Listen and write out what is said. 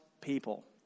people